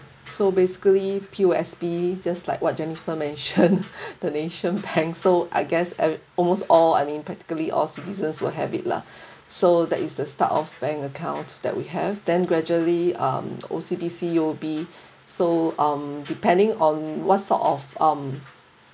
so basically P_O_S_B just like what jennifer mentioned the nation's ban~ I guess eve~ almost all I mean practically all citizens were habit lah so that is the start of bank account that we have then gradually um O_C_B_C O_B so um depending on what sort of um